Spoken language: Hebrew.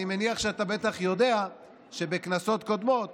אני מניח שאתה בטח יודע שבכנסות קודמות